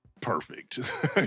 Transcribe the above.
perfect